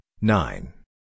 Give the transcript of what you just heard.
nine